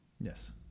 Yes